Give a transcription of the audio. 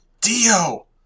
Dio